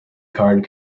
card